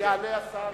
יעלה השר.